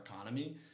economy